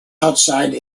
outside